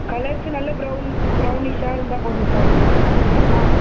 colours நல்ல brown ப்ரௌனிஷாக இருந்தால் போதும் சார் ஆ